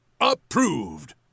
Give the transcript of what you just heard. Approved